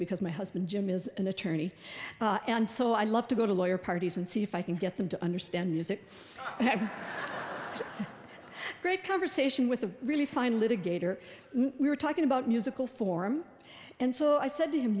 because my husband jim is an attorney and so i love to go to lawyer parties and see if i can get them to understand music i have a great conversation with the really fine litigator we were talking about musical form and so i said to him